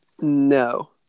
no